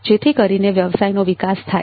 જેથી કરીને વ્યવસાયનો વિકાસ થાય